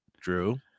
Drew